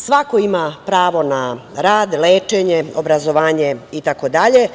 Svako ima pravo na rad, lečenje, obrazovanje, itd.